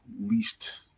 least